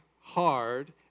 hard